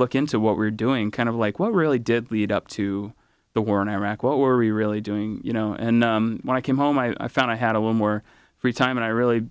look into what we're doing kind of like what really did lead up to the war in iraq what were we really doing you know and when i came home i found i had a more free time and i really